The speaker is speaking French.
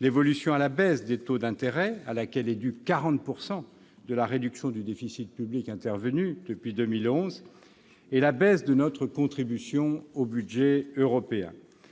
l'évolution à la baisse des taux d'intérêt, à laquelle est due 40 % de la réduction du déficit public intervenue depuis 2011, ... Merci M. Draghi !... et la baisse de notre contribution au budget européen.